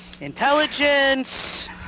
...intelligence